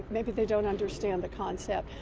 maybe they don't understand the concept.